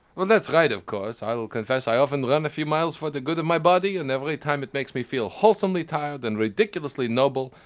well, that's right, of course. i will confess i often run a few miles for the good of my body. and every time, it makes me feel wholesomely tired and ridiculously noble,